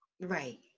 Right